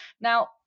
Now